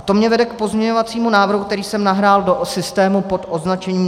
To mě vede k pozměňovacímu návrhu, který jsem nahrál do systému pod označením 2934.